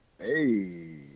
Hey